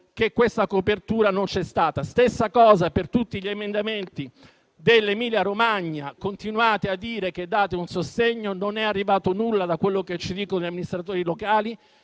che questa copertura non c'è stata? La stessa cosa vale per tutti gli emendamenti relativi alla situazione in Emilia Romagna. Continuate a dire che date un sostegno: non è arrivato nulla da quello che ci dicono gli amministratori locali.